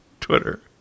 Twitter